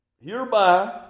Hereby